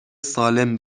سالم